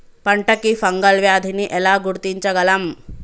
పంట కి ఫంగల్ వ్యాధి ని ఎలా గుర్తించగలం?